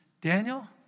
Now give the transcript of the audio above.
Daniel